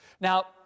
Now